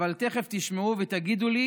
אבל תכף תשמעו ותגידו לי